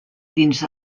dins